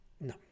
No